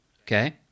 okay